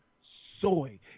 soy